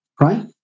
Right